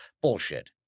Bullshit